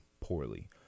poorly